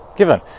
given